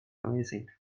amazing